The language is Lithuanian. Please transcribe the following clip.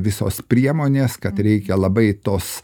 visos priemonės kad reikia labai tos